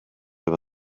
fydd